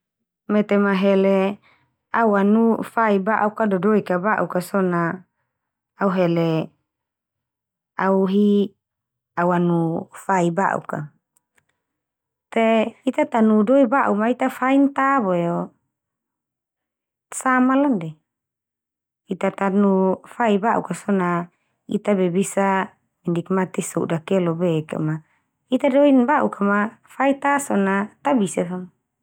Mete ma hele awanu fai ba'uk ka do doik ka ba'uk ka so na, au hele au hi awanu fai ba'uk ka. Te ita tanu doi ba'u ma ita fain ta boe o, samala ndia. Ita tanu fai ba'uk ka so na ita be bisa nikmati sodak ia lobek a ma, ita doin ba'uk ka ma fai ta so na tabisa fa ma.